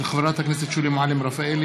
של חברת הכנסת שולי מועלם-רפאלי,